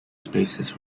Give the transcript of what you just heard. spaces